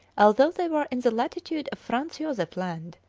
although they were in the latitude of franz josef land,